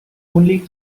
only